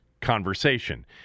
conversation